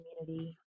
community